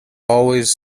always